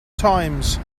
times